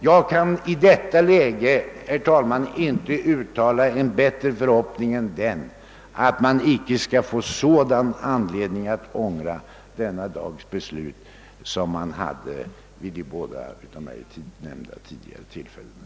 Jag kan i detta läge, herr talman, inte uttala en bättre förhoppning än den att man icke skall få sådan anledning att ångra denna dags beslut som man hade vid de båda av mig nämnda tidigare tillfällena.